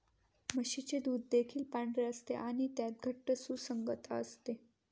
म्हशीचे दूध देखील पांढरे असते आणि त्यात घट्ट सुसंगतता असते